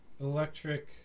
electric